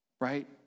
Right